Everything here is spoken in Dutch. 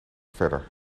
verder